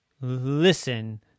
Listen